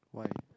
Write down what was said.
why